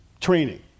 training